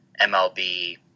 MLB